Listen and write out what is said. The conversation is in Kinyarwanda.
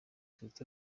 kizito